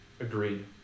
Agreed